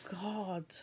God